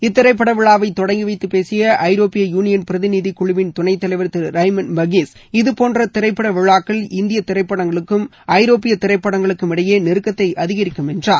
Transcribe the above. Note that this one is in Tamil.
இத்திரைப்படவிழாவை தொடங்கி வைத்து பேசிய ஐரோப்பிய யூனியன் பிரதிநிதிக்குழுவின் துணைத்தலைவர் திருரைமன்ட் மாகிஸ் இதுடோன்ற திரைப்படவிழாக்கள் இந்திய திரைப்படங்களுக்கும் ஐரோப்பிய திரைப்படங்களுக்கும் இடையே நெருக்கத்தை அதிகரிக்கும் என்றார்